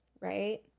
Right